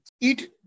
Eat